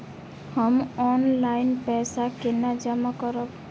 हम ऑनलाइन पैसा केना जमा करब?